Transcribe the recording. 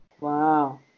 Wow